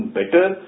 better